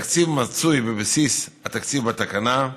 התקציב הוא בבסיס התקציב בתקנה.